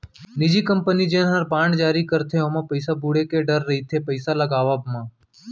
निजी कंपनी जेन हर बांड जारी करथे ओमा पइसा बुड़े के डर रइथे पइसा लगावब म